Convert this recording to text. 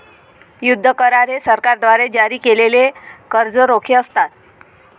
युद्ध करार हे सरकारद्वारे जारी केलेले कर्ज रोखे असतात